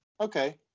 okay